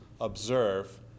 observe